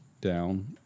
down